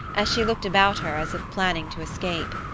as she looked about her as if planning to escape.